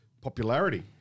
popularity